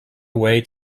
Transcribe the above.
away